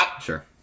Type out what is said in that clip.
Sure